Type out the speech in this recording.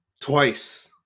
Twice